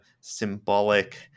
symbolic